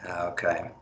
okay